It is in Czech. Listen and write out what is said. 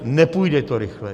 Nepůjde to rychleji.